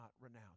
renounce